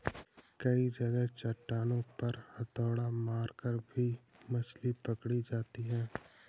कई जगह चट्टानों पर हथौड़ा मारकर भी मछली पकड़ी जाती है